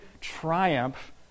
triumph